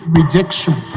rejection